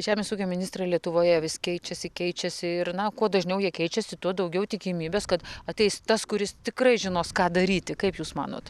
žemės ūkio ministrai lietuvoje vis keičiasi keičiasi ir na kuo dažniau jie keičiasi tuo daugiau tikimybės kad ateis tas kuris tikrai žinos ką daryti kaip jūs manot